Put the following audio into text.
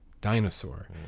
dinosaur